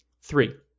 Three